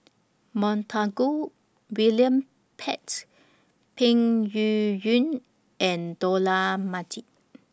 Montague William Pett Peng Yuyun and Dollah Majid